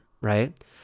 right